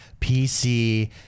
PC